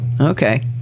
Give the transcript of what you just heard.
Okay